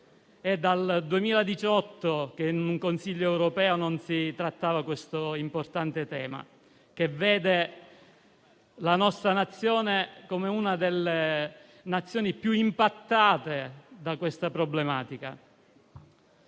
È dal 2018 che in un Consiglio europeo non si trattava questo importante tema, che vede la nostra Nazione come una delle più "impattate" da questa problematica.